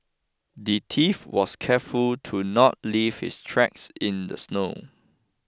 the thief was careful to not leave his tracks in the snow